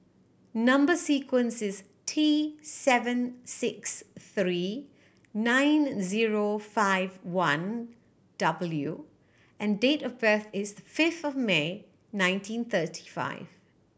number sequence is T seven six three nine zero five one W and date of birth is fifth May nineteen thirty five